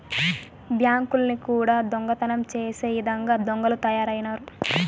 బ్యాంకుల్ని కూడా దొంగతనం చేసే ఇదంగా దొంగలు తయారైనారు